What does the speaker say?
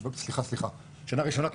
שנה ראשונה,